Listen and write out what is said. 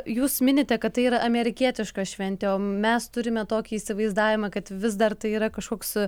jūs minite kad tai yra amerikietiška šventė o mes turime tokį įsivaizdavimą kad vis dar tai yra kažkoks